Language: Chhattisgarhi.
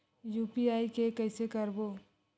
यू.पी.आई के कइसे करबो?